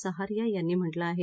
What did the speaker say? सहारिया यांनी म्हटलं आहे